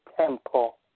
temple